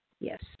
Yes